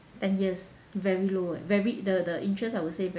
ten years very low leh very the the interest I would say very low like